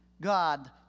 God